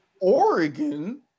Oregon